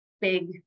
big